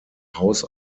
haus